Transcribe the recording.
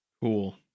Cool